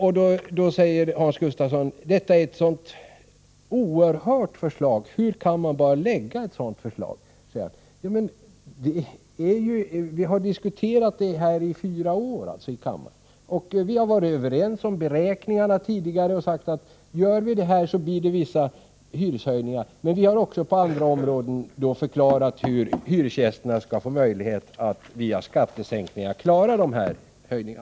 Ändå säger Hans Gustafsson: Detta är ett oerhört förslag, hur kan man bara lägga fram ett sådant? Men vi har ju diskuterat det i fyra år, och vi har varit överens om beräkningarna. Vi har sagt, att om man gör så här blir det vissa hyreshöjningar, men vi har förklarat hur hyresgästerna via skattesänkningar på andra områden skall få möjlighet att klara dessa höjningar.